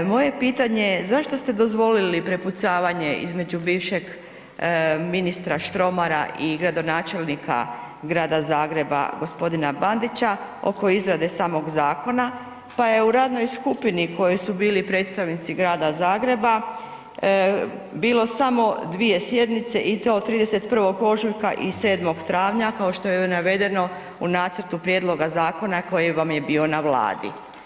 Moje pitanje je, zašto ste dozvolili prepucavanje između bivšeg ministra Štromara i gradonačelnika Grada Zagreba g. Bandića oko izrade samog zakona, pa je u radnoj skupini u kojoj su bili predstavnici Grada Zagreba bilo samo dvije sjednice i to 31. ožujka i 7. travnja kao što je navedeno u nacrtu prijedloga zakona koji vam je bio na vladi?